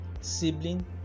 sibling